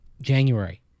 January